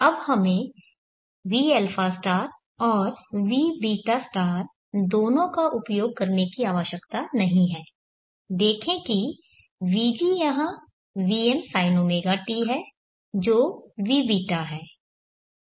अब हमें vα और vβ दोनों का उपयोग करने की आवश्यकता नहीं है देखें कि vg यहाँ vm sinωt है जो vβ है